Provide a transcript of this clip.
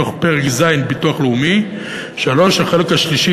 מתוך פרק ז' (ביטוח לאומי); 3. החלק השלישי